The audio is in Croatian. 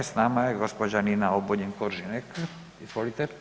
S nama je gđa. Nina Obuljen Koržinek, izvolite.